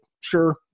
Sure